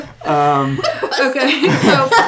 Okay